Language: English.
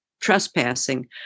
trespassing